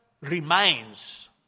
remains